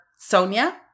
Sonia